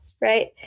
right